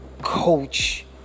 coach